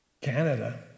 Canada